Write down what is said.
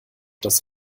das